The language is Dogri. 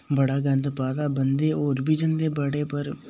बड़ा गंद पाए दा बंदे होर बी जंदे बड़े पर